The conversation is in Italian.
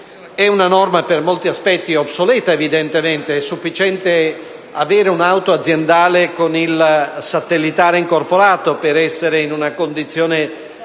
È una norma per molti aspetti obsoleta, evidentemente; è sufficiente avere un'auto aziendale con il satellitare incorporato per essere in una condizione